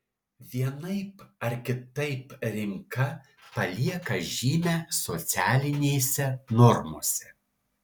vienaip ar kitaip rinka palieka žymę socialinėse normose